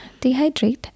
dehydrate